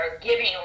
giving